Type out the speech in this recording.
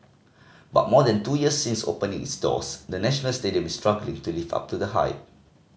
but more than two years since opening its doors the National Stadium is struggling to live up to the hype